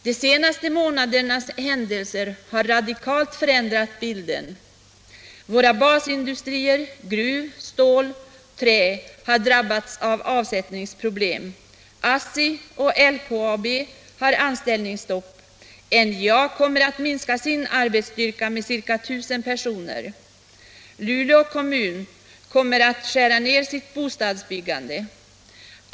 De senaste månadernas händelser har radikalt förändrat bilden Våra basindustrier — gruv-, stål och träindustri har drabbats av avsättningsproblem, ASSI och LKAB har anställningsstopp, NJA kommer att minska sin arbetsstyrka med ca 1000 personer, Luleå kommun kommer att skära ned sitt bostadsbyggande.